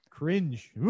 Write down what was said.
Cringe